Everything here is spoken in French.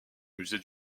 musée